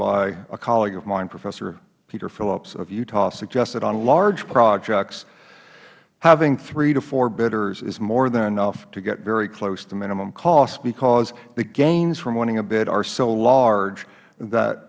by a colleague of mine professor peter phillips of utah suggests that on large projects having three to four bidders is more than enough to get close to minimum cost because the gains from winning a bid are so large that